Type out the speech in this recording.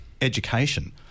education